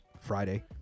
Friday